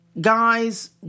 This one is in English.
guys